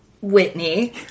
Whitney